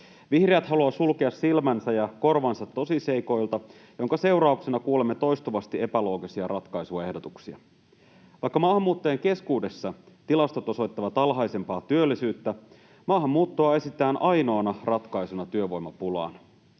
Vihreät haluavat sulkea silmänsä ja korvansa tosiseikoilta, minkä seurauksena kuulemme toistuvasti epäloogisia ratkaisuehdotuksia. Vaikka maahanmuuttajien keskuudessa tilastot osoittavat alhaisempaa työllisyyttä, maahanmuuttoa esitetään ainoana ratkaisuna työvoimapulaan.